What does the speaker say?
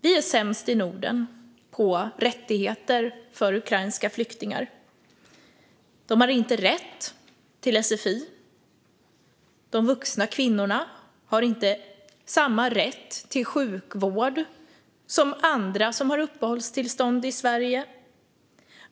Vi är sämst i Norden på rättigheter för ukrainska flyktingar. De har inte rätt till sfi. De vuxna kvinnorna har inte samma rätt till sjukvård som andra som har uppehållstillstånd i Sverige.